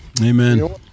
Amen